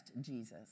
Jesus